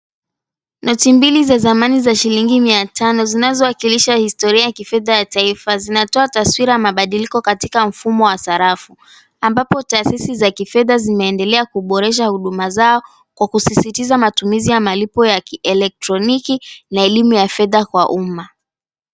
Noti mbili za zamani za shilingi mia tano zinazowakilisha historia ya kifedha ya taifa zinatoa taswira mabadiliko katika mfumo wa sarafu. Ambapo taasisi za kifedha zimeendelea kuboresha huduma zao kwa kusisitiza matumizi ya malipo ya kielektroniki, na elimu ya fedha kwa umma.